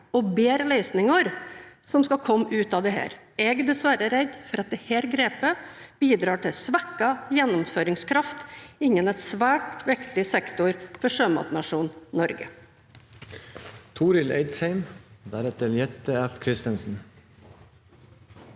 og bedre løsninger som skal komme ut av dette. Jeg er dessverre redd for at dette grepet bidrar til svekket gjennomføringskraft innen en svært viktig sektor for sjømatnasjonen Norge. Torill Eidsheim (H) Infrastruktur